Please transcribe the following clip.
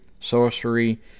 sorcery